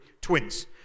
twins